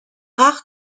rare